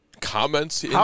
comments